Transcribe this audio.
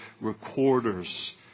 recorders